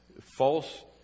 false